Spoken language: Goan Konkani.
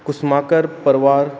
उस्माकर परवार